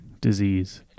disease